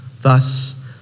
thus